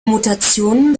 mutation